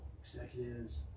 executives